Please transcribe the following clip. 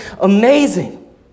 amazing